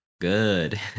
Good